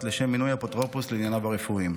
לשם מינוי אפוטרופוס לענייניו הרפואיים.